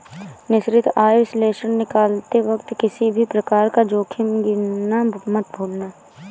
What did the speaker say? निश्चित आय विश्लेषण निकालते वक्त किसी भी प्रकार का जोखिम गिनना मत भूलना